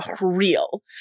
real